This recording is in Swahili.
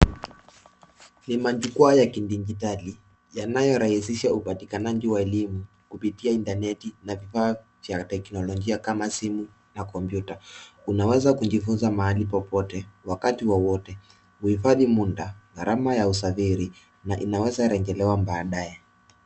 Ni majukwaa ya kidijitali yanayorahisisha upatikanaji wa elimu kupitia intaneti na kifaa cha teknolojia kama simu na kompyuta. Unaweza kujifunza mahali popote wakati wowote, kuhifadhi muda, gharama ya usafiri na inaweza rejelea baadae.